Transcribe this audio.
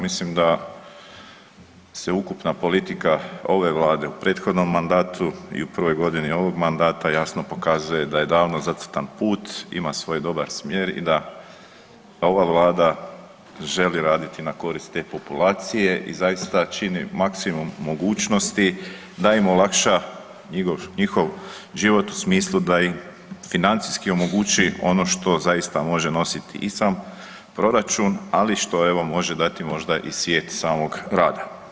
Mislim da se ukupna politika ove vlade u prethodnom mandatu i u prvoj godini ovog mandata jasno pokazuje da je davno zacrtan put, ima svoj dobar smjer i da ova vlada želi raditi na korist te populacije i zaista čini maksimum mogućnosti da im olakša njihov život u smislu da im financijski omogući ono što zaista može nosit i sam proračun, ali što evo može dati možda i svijet samog rada.